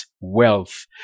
wealth